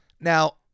now